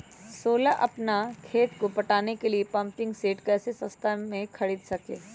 सोलह अपना खेत को पटाने के लिए पम्पिंग सेट कैसे सस्ता मे खरीद सके?